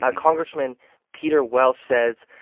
ah congressman peter welch says,